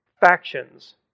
factions